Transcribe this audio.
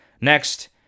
Next